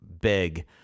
big